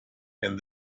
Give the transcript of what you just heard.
and